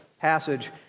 passage